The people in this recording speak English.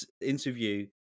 interview